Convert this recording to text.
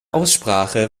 aussprache